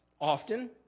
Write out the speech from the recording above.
Often